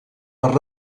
per